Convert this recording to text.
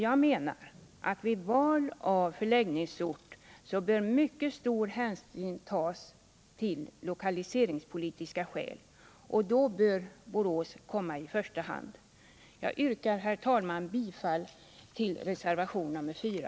Jag menar att vid val av förläggningsort bör mycket starka hänsyn tas till lokaliseringspolitiska skäl. Då bör Borås komma i första hand. Jag yrkar, herr talman, bifall till reservationen 4.